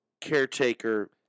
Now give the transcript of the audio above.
caretaker